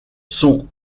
sont